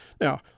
Now